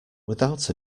without